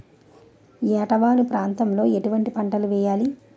ఏటా వాలు ప్రాంతం లో ఎటువంటి పంటలు వేయాలి?